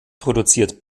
produziert